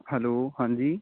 hello ਹਾਂਜੀ